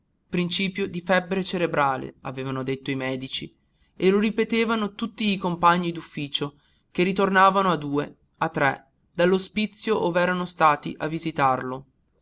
principio di febbre cerebrale avevano detto i medici e lo ripetevano tutti i compagni d'ufficio che ritornavano a due a tre dall'ospizio ov'erano stati a visitarlo